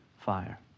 fire